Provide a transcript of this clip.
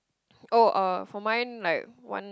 oh uh for mine like one